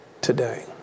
today